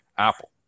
Apple